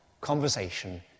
conversation